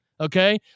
Okay